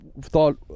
thought